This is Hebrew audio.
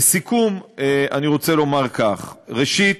לסיכום, אני רוצה לומר כך: ראשית,